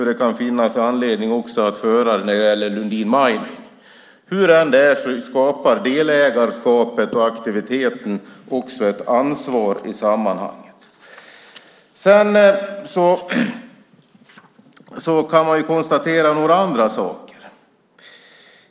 Det kan också finnas anledning att föra dem när det gäller Lundin Mining. Hur det än är skapar delägarskapet och aktiviteten ett ansvar i sammanhanget. Man kan konstatera några andra saker.